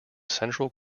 central